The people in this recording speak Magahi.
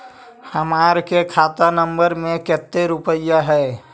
हमार के खाता नंबर में कते रूपैया है?